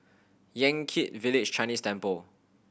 Yan Kit Village Chinese Temple